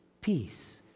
peace